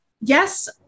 Yes